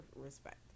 respect